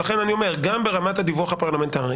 לכן אני אומר שזה גם ברמת הדיווח הפרלמנטרי,